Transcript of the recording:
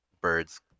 birds